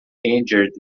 injured